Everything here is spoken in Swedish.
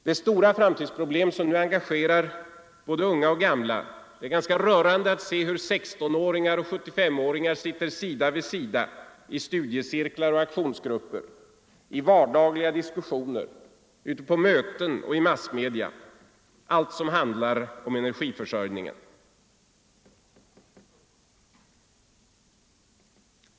Det stora framtidsproblem som nu engagerar både unga och gamla — det är ganska rörande att se hur 16-åringar och 75-åringar sitter sida vid sida — i studiecirklar och aktionsgrupper, i vardagliga diskussioner, på möten och i massmedia är vår energiförsörjning.